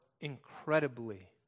incredibly